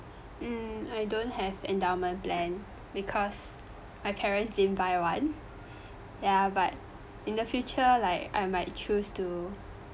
mm I don't have endowment plan because my parent didn't buy one ya but in the future like I might choose to